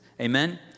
Amen